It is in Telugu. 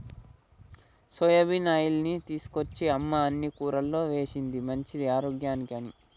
సోయాబీన్ ఆయిల్ని తీసుకొచ్చి అమ్మ అన్ని కూరల్లో వేశింది మంచిది ఆరోగ్యానికి అని